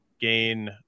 gain